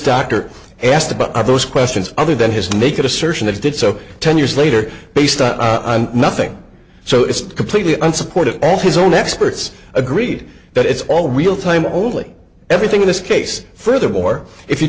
doctor asked about are those questions other than his naked assertion that he did so ten years later based on nothing so it's completely unsupported as his own experts agreed that it's all real time only everything in this case furthermore if you